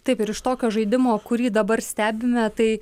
taip ir iš tokio žaidimo kurį dabar stebime tai